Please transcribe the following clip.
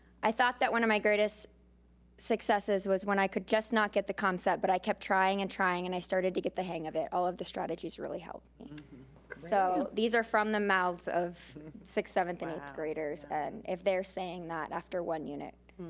i thought that one of my greatest successes was when i could just not get the concept, but i kept trying and trying, and i started to get the hang of it. all of the strategies really helped me. so these are from the mouths of sixth, seventh and eighth graders. and if they're saying that after one unit,